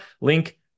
link